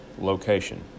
location